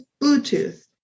Bluetooth